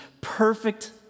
perfect